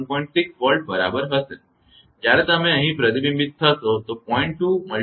6 Volt બરાબર હશે અને જ્યારે તમે અહીં પ્રતિબિંબિત થશો તો 0